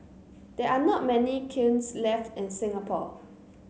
there are not many kilns left in Singapore